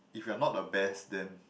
if you are not the best then